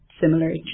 similar